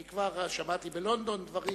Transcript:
כי כבר שמעתי בלונדון דברים